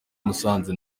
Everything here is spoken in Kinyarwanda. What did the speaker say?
musanze